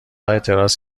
اعتراض